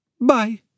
Bye